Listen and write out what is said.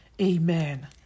Amen